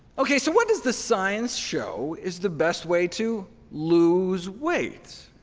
ok, so, what does the science show is the best way to lose weight?